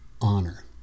honor